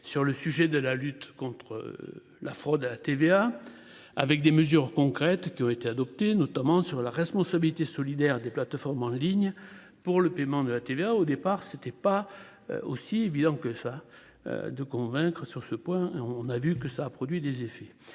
sur le sujet de la lutte contre la fraude à la TVA avec des mesures concrètes qui ont été adoptés notamment sur la responsabilité solidaire des plateformes en ligne pour le paiement de la TVA au départ c'était pas aussi évident que ça. De convaincre sur ce point, on a vu que ça a produit des effets,